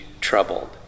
troubled